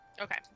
Okay